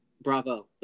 bravo